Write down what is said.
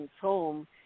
home